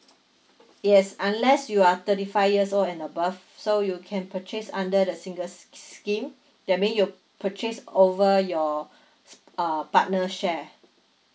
yes unless you are thirty five years old and above so you can purchase under the single's s~ s~ scheme that mean you purchase over your s~ uh partner's share